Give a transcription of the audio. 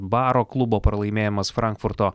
baro klubo pralaimėjimas frankfurto